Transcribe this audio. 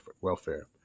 welfare